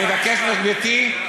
אני מבקש מגברתי,